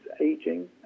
aging